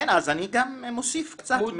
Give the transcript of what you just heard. כן, אז אני גם מוסיף קצת.